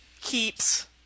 keeps